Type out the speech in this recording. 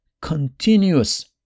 continuous